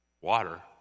water